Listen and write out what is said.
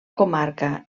comarca